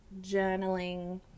journaling